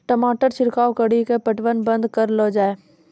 टमाटर छिड़काव कड़ी क्या पटवन बंद करऽ लो जाए?